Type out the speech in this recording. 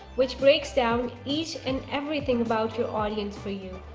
which breaks down each and everything about your audience for you?